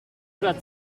oder